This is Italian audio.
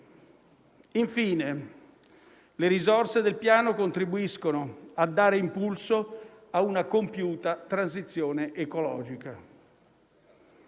Infine, le risorse del Piano contribuiscono a dare impulso a una compiuta transizione ecologica.